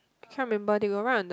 I can't remember they got write on the